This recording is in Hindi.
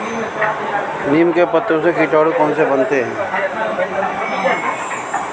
नीम के पत्तों से कीटनाशक कैसे बनाएँ?